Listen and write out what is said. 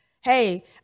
hey